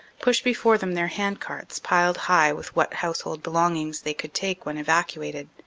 push before them their hand-carts piled high with what house hold belongings they could take when evacuated.